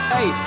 Hey